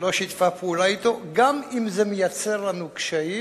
שלא שיתפה פעולה אתו, גם אם זה מייצר לנו קשיים,